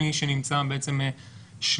מי שנמצא שלילי,